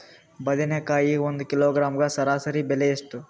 ಬದನೆಕಾಯಿ ಒಂದು ಕಿಲೋಗ್ರಾಂ ಸರಾಸರಿ ಬೆಲೆ ಎಷ್ಟು?